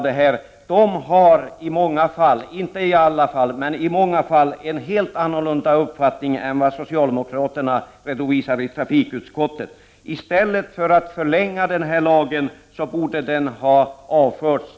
De har inte i alla men i många fall en helt annan uppfattning än socialdemokraterna i trafikutskottet. I stället för att förlängas borde lagen ha avförts.